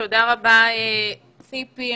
תודה רבה, ציפי.